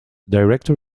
director